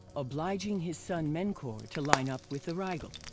obliging his son menkaure to line up with the rigel.